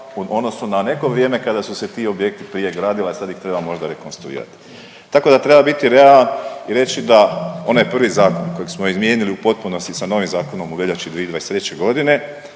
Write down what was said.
odnosu na neko vrijeme kada su se ti objekti prije gradili, a sad ih treba možda rekonstruirati. Tako da treba biti realan i reći da onaj prvi zakon kojeg smo izmijenili u potpunosti sa novim zakonom u veljači 2023. g.